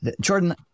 Jordan